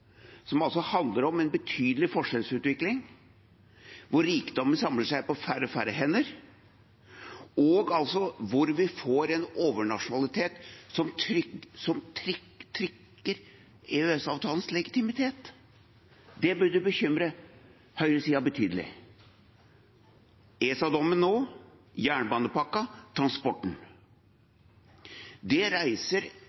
som altså handler om en betydelig forskjellsutvikling hvor rikdommen samler seg på færre og færre hender, og hvor vi får en overnasjonalitet som trigger EØS-avtalens legitimitet. Det burde bekymre høyresiden betydelig. Når det gjelder ESA-dommen nå,